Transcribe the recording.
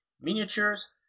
miniatures